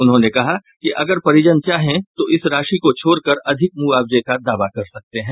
उन्होंने कहा कि अगर परिजन चाहे तो इस राशि को छोड़कर अधिक मुआवजे का दावा कर सकते हैं